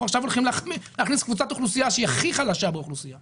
הולכים להכניס קבוצת אוכלוסייה שהיא הכי חלשה באוכלוסייה